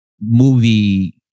movie